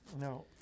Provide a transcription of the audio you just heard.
No